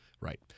Right